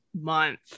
month